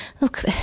look